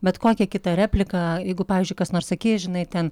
bet kokią kitą repliką jeigu pavyzdžiui kas nors sakys žinai ten